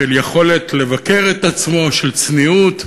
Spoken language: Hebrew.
של יכולת לבקר את עצמו, של צניעות,